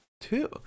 Two